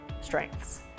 strengths